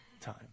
time